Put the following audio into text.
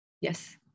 Yes